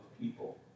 people